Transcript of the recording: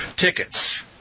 tickets